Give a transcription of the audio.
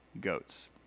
goats